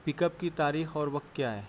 پک up کی تاریخ اور وقت کیا ہے